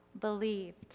believed